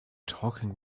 talking